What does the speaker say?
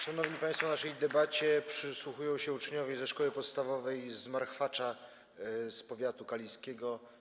Szanowni państwo, naszej debacie przysłuchują się uczniowie ze szkoły podstawowej w Marchwaczu, powiat kaliski.